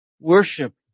worship